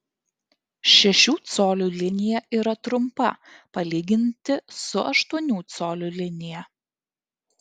šešių colių linija yra trumpa palyginti su aštuonių colių linija